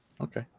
Okay